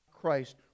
Christ